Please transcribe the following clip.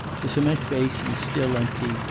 the cement basin, still empty,